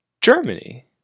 Germany